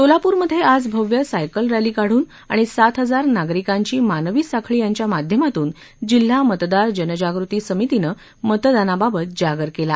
सोलापूरमध्ये आज भव्य सायकल रक्षी काढ़न आणि सात हजार नागरिकांची मानवी साखळी यांच्या माध्यमातून जिल्हा मतदार जनजागृती समितीनं मतदानाबाबात जागर केला